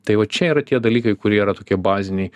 tai va čia yra tie dalykai kurie yra tokie baziniai